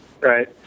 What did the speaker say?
right